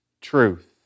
truth